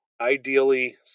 ideally